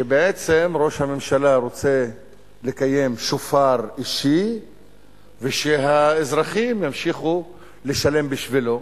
שראש הממשלה רוצה לקיים שופר אישי ושהאזרחים ימשיכו לשלם בשבילו.